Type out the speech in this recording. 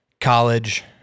college